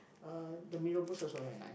uh the mee rebus also very nice